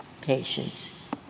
patients